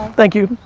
thank you,